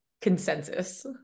consensus